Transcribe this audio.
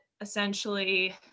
essentially